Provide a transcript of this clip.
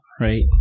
Right